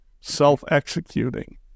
self-executing